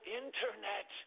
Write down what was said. internet